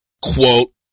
Quote